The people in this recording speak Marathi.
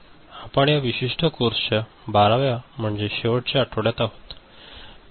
आपण या विशिष्ट कोर्सच्या 12 व्या म्हणजे शेवटच्या आठवड्यात आहोत